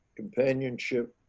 companionship,